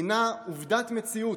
הינה עובדת מציאות,